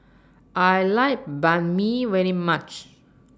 I like Banh MI very much